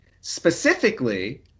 specifically